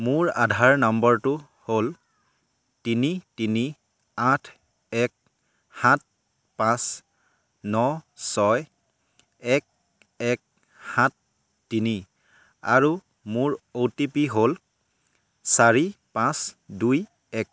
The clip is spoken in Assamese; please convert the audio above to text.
মোৰ আধাৰ নম্বৰটো হ'ল তিনি তিনি আঠ এক সাত পাঁচ ন ছয় এক এক সাত তিনি আৰু মোৰ অ' টি পি হ'ল চাৰি পাঁচ দুই এক